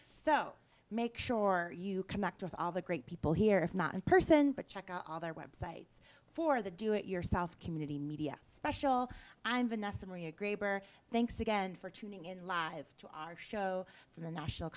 so make sure you connect with all the great people here if not in person but check out all their websites for the do it yourself community media special i'm vanessa maria graber thanks again for tuning in live to our show for the national